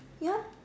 ya